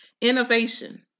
Innovation